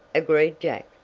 agreed jack,